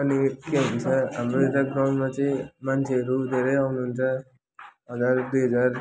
अनि के भन्छ हाम्रो यता ग्राउन्डमा चाहिँ मान्छेहरू धेरै आउनुहुन्छ हजार दुई हजार